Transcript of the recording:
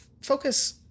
focus